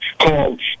called